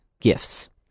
gifts